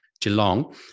Geelong